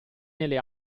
nelle